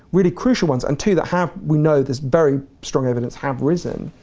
really crucial ones, and two that have, we know there's very strong evidence, have reason.